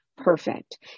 perfect